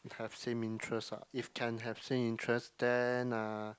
have same interest ah if can have same interest then uh